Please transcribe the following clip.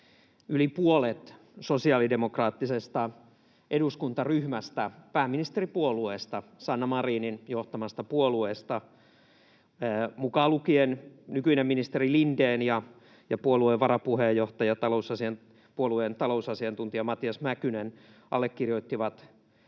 yli puolet sosiaalidemokraattisesta eduskuntaryhmästä — pääministeripuolueesta, Sanna Marinin johtamasta puolueesta, mukaan lukien nykyinen ministeri Lindén ja puolueen varapuheenjohtaja ja talousasiantuntija Matias Mäkynen — allekirjoitti